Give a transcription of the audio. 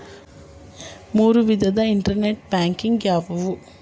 ಮೂರು ವಿಧದ internet banking ಯಾವುವು?